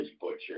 Butcher